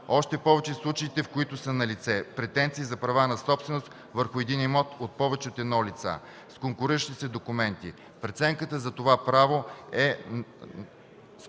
още повече в случаите, в които са налице претенции за права на собственост върху един имот от повече от едно лице, с конкуриращи се документи. Преценката за правотата